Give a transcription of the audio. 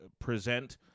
Present